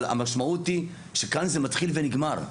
אבל המשמעות היא שכאן זה מתחיל ונגמר.